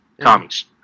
commies